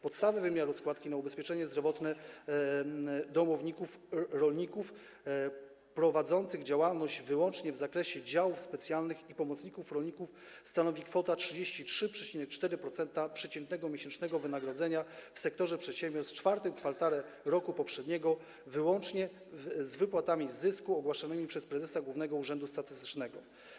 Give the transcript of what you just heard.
Podstawę wymiaru składki na ubezpieczenie zdrowotne domowników rolników prowadzących działalność wyłącznie w zakresie działów specjalnych i pomocników rolników stanowi kwota 33,4% przeciętnego miesięcznego wynagrodzenia w sektorze przedsiębiorstw w IV kwartale roku poprzedniego włącznie z wypłatami z zysku, ogłaszanego przez prezesa Głównego Urzędu Statystycznego.